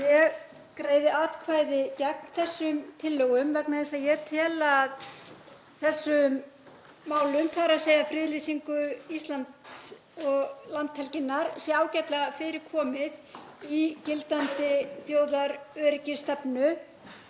Ég greiði atkvæði gegn þessum tillögum vegna þess að ég tel að þessum málum, þ.e. friðlýsingu Íslands og landhelginnar, sé ágætlega fyrir komið í gildandi þjóðaröryggisstefnu.